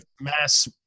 mass